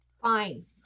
Fine